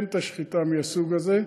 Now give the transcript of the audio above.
אין שחיטה מהסוג הזה.